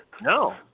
No